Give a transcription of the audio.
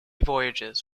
voyages